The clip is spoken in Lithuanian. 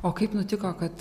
o kaip nutiko kad